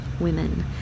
Women